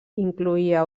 incloïa